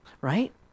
Right